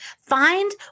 Find